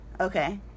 Okay